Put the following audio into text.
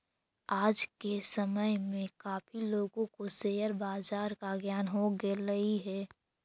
आज के समय में काफी लोगों को शेयर बाजार का ज्ञान हो गेलई हे